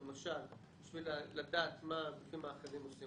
בשביל לדעת מה הגופים האחרים עושים,